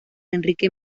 enrique